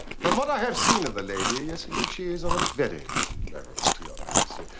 from what i have seen of the lady. yes indeed, she is on a very different level to your majesty.